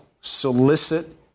solicit